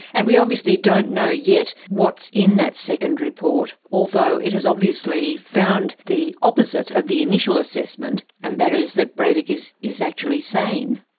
and we obviously don't know yet what's in that second report, although it has obviously found the opposite of the initial assessment and that is that breivik is is actually sane.